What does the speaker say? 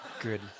Good